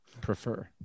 prefer